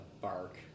bark